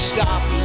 stop